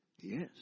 Yes